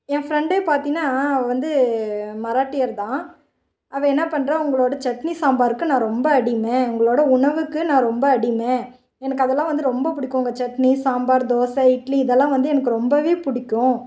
என் ஃபிரெண்டே பார்த்திங்கன்னா வந்து மராட்டியர் தான் அவள் என்ன பண்றாள் உங்களோடய சட்னி சாம்பாருக்கு நான் ரொம்ப அடிமை உங்களோடய உணவுக்கு நான் ரொம்ப அடிமை எனக்கு அதெல்லாம் வந்து ரொம்ப பிடிக்கும் உங்கள் சட்னி சாம்பார் தோசை இட்லி இதெல்லாம் வந்து எனக்கு ரொம்பவே பிடிக்கும்